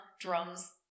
Drums